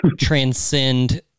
transcend